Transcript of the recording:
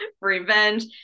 revenge